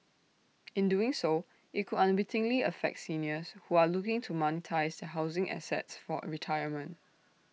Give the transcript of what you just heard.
in doing so IT could unwittingly affect seniors who are looking to monetise housing assets for retirement